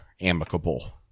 amicable